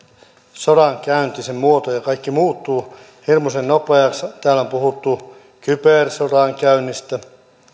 sodankäynti sen muoto ja kaikki muuttuu hirmuisen nopeasti täällä on puhuttu kybersodankäynnistä